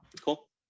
cool